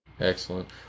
Excellent